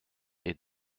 est